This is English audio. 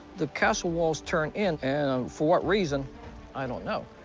the castle walls turn in, and um for what reason i don't know.